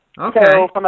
Okay